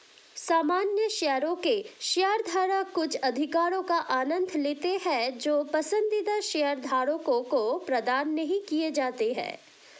सामान्य शेयरों के शेयरधारक कुछ अधिकारों का आनंद लेते हैं जो पसंदीदा शेयरधारकों को प्रदान नहीं किए जाते हैं